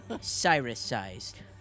Cyrus-sized